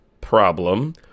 problem